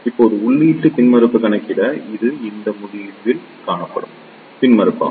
இப்போது உள்ளீட்டு மின்மறுப்பைக் கணக்கிட இது இந்த முடிவில் காணப்படும் மின்மறுப்பாகும்